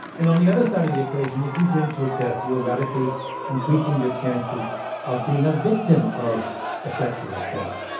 and on the other side of the equation, if you drink to excess, you are radically increasing your chances of being a victim of a sexual assault.